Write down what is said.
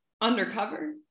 undercover